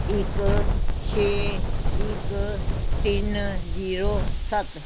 ਇੱਕ ਛੇ ਇੱਕ ਤਿੰਨ ਜੀਰੋ ਸੱਤ